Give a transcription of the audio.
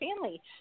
family